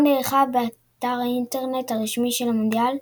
נערכה באתר האינטרנט הרשמי של המונדיאל,